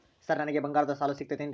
Sir ನನಗೆ ಬಂಗಾರದ್ದು ಸಾಲ ಸಿಗುತ್ತೇನ್ರೇ?